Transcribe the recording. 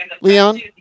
Leon